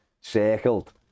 circled